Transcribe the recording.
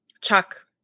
Chuck